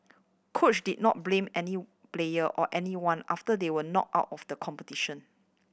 coach did not blame any player or anyone after they were knocked out of the competition